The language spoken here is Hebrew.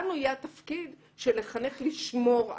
לנו יהיה התפקיד של לחנך לשמור על.